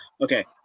okay